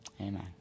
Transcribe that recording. Amen